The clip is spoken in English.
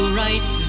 right